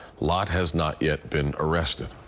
lot has not yet been arrested.